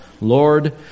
Lord